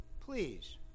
please